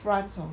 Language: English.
france hor